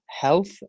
health